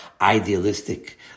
idealistic